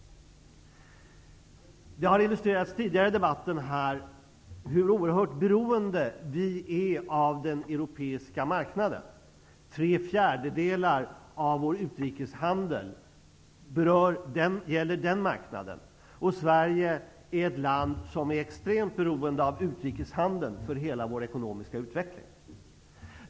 Det har illustrerats tidigare i debatten hur oerhört beroende vi är av den europeiska marknaden -- tre fjärdedelar av vår utrikeshandel gäller den marknaden. Sverige är extremt beroende av utrikeshandeln för hela den ekonomiska utvecklingen.